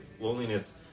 loneliness